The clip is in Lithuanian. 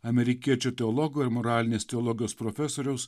amerikiečių teologo ir moralinės teologijos profesoriaus